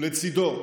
ולצידו,